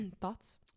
thoughts